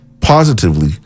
positively